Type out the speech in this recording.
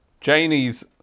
Janie's